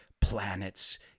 planets